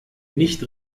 nicht